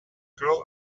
girl